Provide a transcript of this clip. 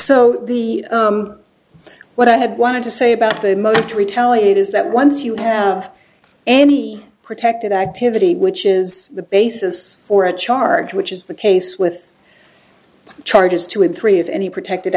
so the what i had wanted to say about the mode to retaliate is that once you have any protected activity which is the basis for a charge which is the case with charges two and three of any protected